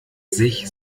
sich